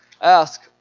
ask